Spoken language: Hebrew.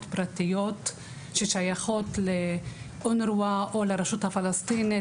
פרטיים ששייכים לאונר"א או לרשות הפלסטינית.